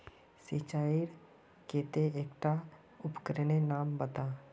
सिंचाईर केते एकटा उपकरनेर नाम बता?